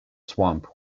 swamp